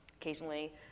occasionally